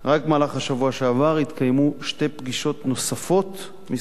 רק במהלך השבוע שעבר התקיימו שתי פגישות נוספות במסגרת